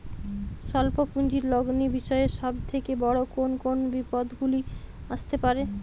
স্বল্প পুঁজির লগ্নি বিষয়ে সব থেকে বড় কোন কোন বিপদগুলি আসতে পারে?